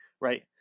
right